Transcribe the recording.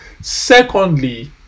secondly